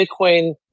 Bitcoin